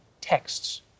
texts